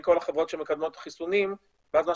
בכל החברות שמקדמות את החיסונים ואז מה